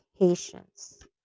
patience